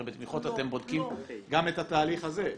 הרי בתמיכות אתם בודקים גם את התהליך הזה.